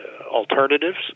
alternatives